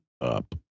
up